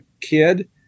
kid